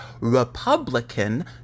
Republican